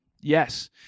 yes